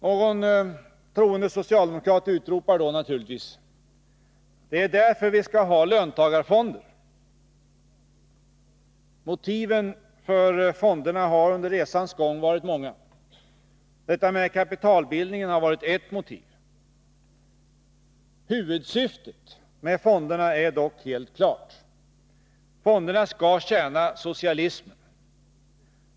Några troende socialdemokrater utropar då naturligtvis: Det är därför vi skall ha löntagarfonder! Motiven för fonderna har under resans gång varit många. Detta med kapitalbildningen har varit ett motiv. Huvudsyftet med fonderna är dock helt klart. Fonderna skall tjäna socialismen.